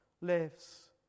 lives